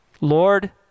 Lord